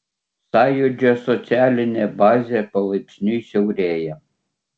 sąjūdžio socialinė bazė palaipsniui siaurėja